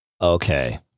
okay